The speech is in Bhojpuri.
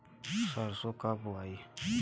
सरसो कब बोआई?